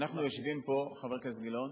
כשאנחנו יושבים פה, חבר כנסת גילאון,